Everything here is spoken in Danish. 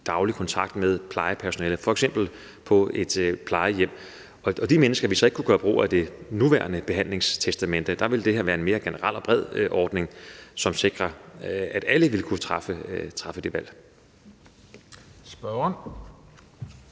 daglig kontakt med plejepersonale, f.eks. på plejehjem. De mennesker vil ikke kunne gøre brug af det nuværende behandlingstestamente, men der vil det her være en mere generel og bred ordning, som sikrer, at alle vil kunne træffe det valg. Kl.